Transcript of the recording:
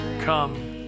Come